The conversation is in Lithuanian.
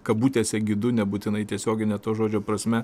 kabutėse gidu nebūtinai tiesiogine to žodžio prasme